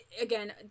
again